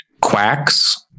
quacks